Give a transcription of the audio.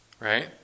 Right